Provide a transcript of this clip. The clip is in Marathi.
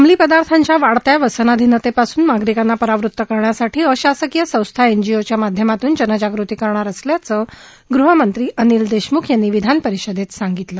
अंमली पदार्थाच्या वाढत्या व्यसनाधीनतेपासून नागरिकांना परावृत करण्यासाठी अशासकीय संस्था एनजीओच्या माध्यमातून जनजागृती करणार असल्याचं गृहमंत्री अनिल देशमुख यांनी विधान परिषदेत सांगितलं